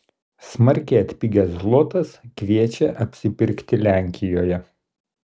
smarkiai atpigęs zlotas kviečia apsipirkti lenkijoje